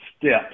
steps